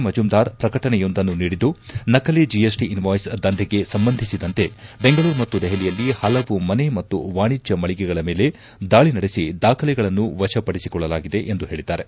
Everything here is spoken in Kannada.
ಮಜುಂದಾರ್ ಪ್ರಕಟಣೆಯೊಂದನ್ನು ನೀಡಿದ್ದು ನಕಲಿ ಜಿಎಸ್ಟಿ ಇನ್ವಾಯ್ಸ್ ದಂಧೆಗೆ ಸಂಬಂಧಿಸಿದಂತೆ ಬೆಂಗಳೂರು ಮತ್ತು ದೆಹಲಿಯಲ್ಲಿ ಹಲವು ಮನೆ ಮತ್ತು ವಾಣಿಜ್ಯ ಮಳಿಗೆಗಳ ಮೇಲೆ ದಾಳಿ ನಡೆಸಿ ದಾಖಲೆಗಳನ್ನು ವಶ ಪಡಿಸಿಕೊಳ್ಳಲಾಗಿದೆ ಎಂದು ಹೇಳಿದ್ದಾರೆ